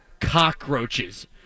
cockroaches